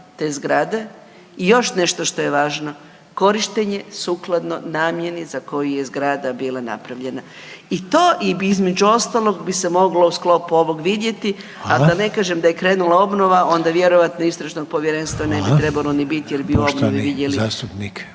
te zgrade i još nešto što je važno korištenje sukladno namjeni za koju je zgrada bila napravljena. I to bi se između ostalog bi se moglo u sklopu ovoga vidjeti …/Upadica Reiner: hvala./… a da ne kažem da je krenula obnova onda vjerojatno istražno povjerenstvo ne bi trebalo ni biti jer …/Govornici